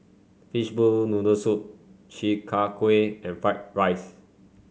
Fishball Noodle Soup Chi Kak Kuih and Fried Rice